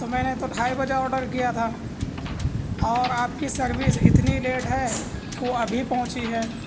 تو میں نے تو ڈھائی بجے آڈر کیا تھا اور آپ کی سروس اتنی لیٹ ہے کہ وہ ابھی پہنچی ہے